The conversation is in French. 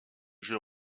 jeu